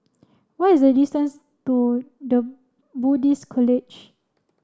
what is the distance to the Buddhist College